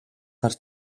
хар